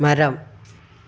മരം